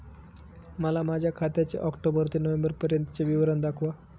मला माझ्या खात्याचे ऑक्टोबर ते नोव्हेंबर पर्यंतचे विवरण दाखवा